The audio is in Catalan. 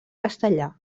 castellà